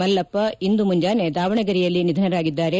ಮಲ್ಲಪ್ಪ ಇಂದು ಮುಂಜಾನೆ ದಾವಣಗೆರೆಯಲ್ಲಿ ನಿಧನರಾಗಿದ್ದಾರೆ